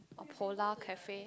or polar cafe